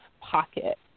pocket